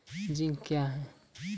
Zinc क्या हैं?